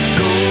go